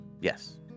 Yes